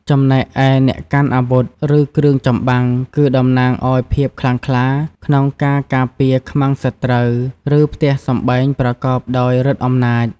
ចំណែកឯអ្នកកាន់អាវុធ ឬគ្រឿងចំបាំង គឺតំណាងឱ្យភាពខ្លាំងក្លាក្នុងការការពារខ្មាំងសត្រូវ ឬផ្ទះសម្បែងប្រកបដោយឫទ្ធិអំណាច ។